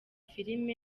film